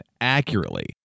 accurately